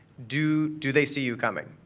do do they see you coming?